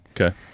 Okay